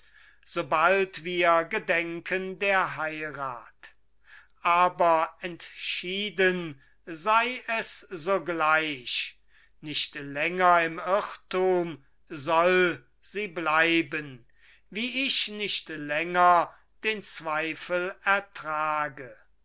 sobald wir gedenken der heirat aber entschieden sei es sogleich nicht länger im irrtum soll sie bleiben wie ich nicht länger den zweifel ertrage